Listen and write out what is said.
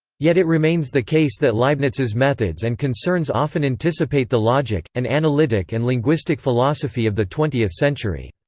yet it remains the case that leibniz's methods and concerns often anticipate the logic, and analytic and linguistic philosophy of the twentieth century.